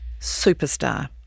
superstar